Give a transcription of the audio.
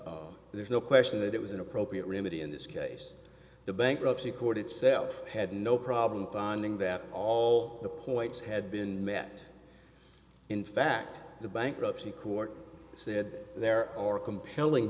question there's no question that it was an appropriate remedy in this case the bankruptcy court itself had no problem finding that all the points had been met in fact the bankruptcy court said there are compelling